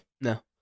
No